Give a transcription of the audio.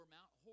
Mount